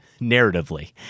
narratively